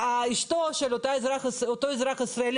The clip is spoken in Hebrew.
אני מדברת קירבה ראשונה לאזרח ישראלי